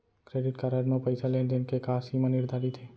Credit card म पइसा लेन देन के का सीमा निर्धारित हे?